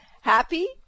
happy